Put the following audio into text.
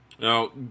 Now